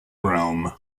realm